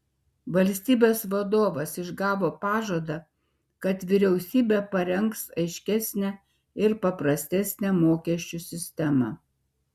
valstybės vadovas išgavo pažadą kad vyriausybė parengs aiškesnę ir paprastesnę mokesčių sistemą